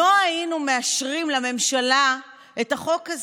לא היינו מאשרים לממשלה את החוק הזה,